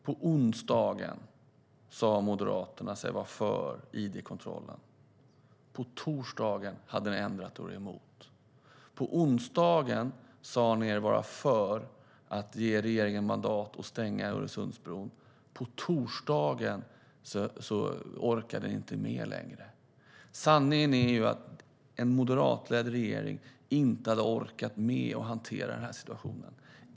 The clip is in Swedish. På onsdagen sa ni moderater att ni var för id-kontrollerna. På torsdagen hade ni ändrat er och var emot. På onsdagen sa ni att ni var för att ge regeringen mandat för att stänga Öresundsbron. På torsdagen orkade ni inte med längre. Sanningen är att en moderatledd regering inte hade orkat med att hantera den här situationen.